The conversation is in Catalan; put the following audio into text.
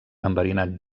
enverinat